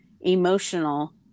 emotional